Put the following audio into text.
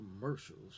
commercials